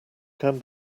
can